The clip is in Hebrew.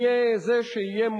יהיה זה שמוסמך